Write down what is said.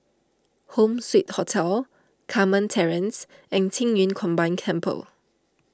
Home Suite Hotel Carmen Terrace and Qing Yun Combined Temple